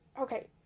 okay